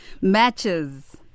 Matches